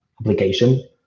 application